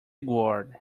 guard